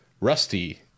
Rusty